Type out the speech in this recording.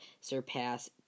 surpass